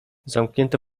zamknięte